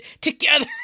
together